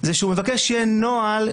זה שהוא מבקש שיהיה נוהל,